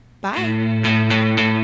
bye